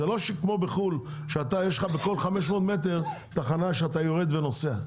זה לא כמו בחו"ל שיש לך בכל 500 מטר תחנה שאתה יורד ונוסע.